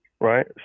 right